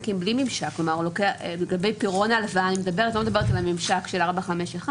לגבי הרישום של המוטב הזמני כמוטב על תנאי,